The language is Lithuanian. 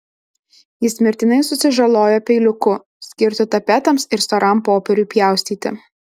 jis mirtinai susižalojo peiliuku skirtu tapetams ir storam popieriui pjaustyti